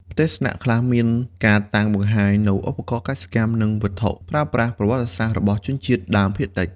ផ្ទះស្នាក់ខ្លះមានការតាំងបង្ហាញនូវឧបករណ៍កសិកម្ម និង វត្ថុប្រើប្រាស់ ប្រវត្តិសាស្ត្ររបស់ជនជាតិដើមភាគតិច។